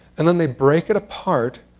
and then, the break it apart,